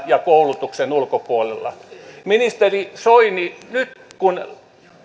ja koulutuksen ulkopuolella ministeri soini nyt kun